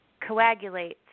coagulates